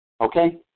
Okay